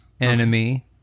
Enemy